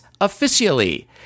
Officially